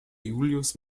julius